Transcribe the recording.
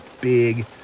big